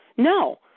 No